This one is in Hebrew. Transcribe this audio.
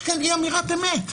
יש כאן אי-אמירת אמת.